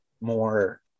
more